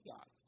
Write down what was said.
God